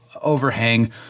overhang